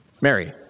Mary